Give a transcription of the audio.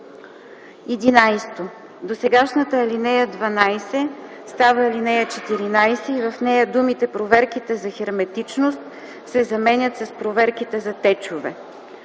лв.” 11. Досегашната ал. 12 става ал. 14 и в нея думите „проверките за херметичност” се заменят с „проверките за течове”.